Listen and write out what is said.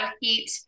heat